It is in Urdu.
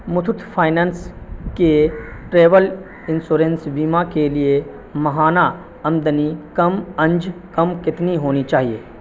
متھتھ فائنینس کے ٹریول انشورنس بیمہ کے لیے ماہانہ آمدنی کم از کم کتنی ہونی چاہیے